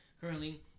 currently